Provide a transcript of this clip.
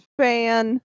fan